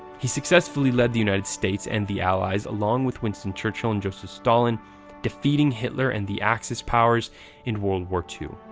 he successfully led the united states and the allies along with winston churchill and joseph stalin defeating hitler and the axis powers in world war ii.